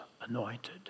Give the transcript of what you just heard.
anointed